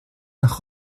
nach